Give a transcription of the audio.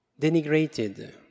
denigrated